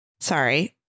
Sorry